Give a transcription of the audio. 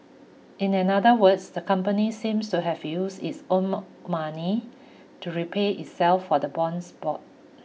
in another words the company seems to have used its own money to repay itself for the bonds bought